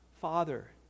father